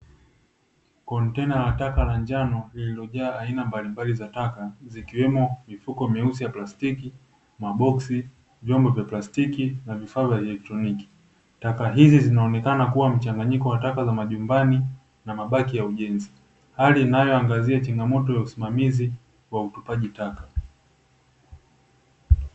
Kontena la taka la njano la kuwekea aina mbalimbali za taka zikiwemo mifuko myeusi ya plastiki, maboksi, vyombo vya plastiki, na vifaa vya elektroniki. Taka hizi zinaonekana kuwa mchanganyiko wa taka za majumbani na mabaki ya ujenzi, hali inayoangazia changamoto ya usimamizi wa utupaji taka.